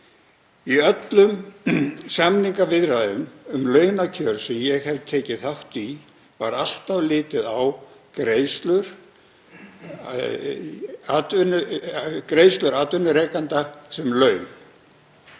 Í öllum samningaviðræðum um launakjör sem ég hef tekið þátt í var alltaf litið á greiðslur atvinnurekanda sem laun.